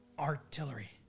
artillery